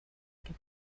que